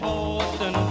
Boston